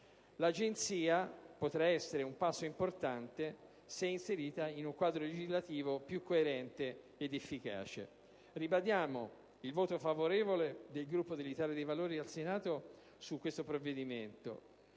L'Agenzia potrà essere un passo importante se inserita in un quadro legislativo più coerente ed efficace. Ribadiamo il voto favorevole del Gruppo dell'Italia dei Valori al Senato su questo provvedimento